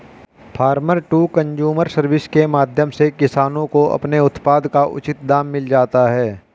farmer to consumer service के माध्यम से किसानों को अपने उत्पाद का उचित दाम मिल जाता है